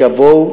שיבואו,